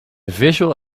visual